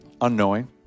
unknowing